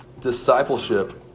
Discipleship